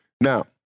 Now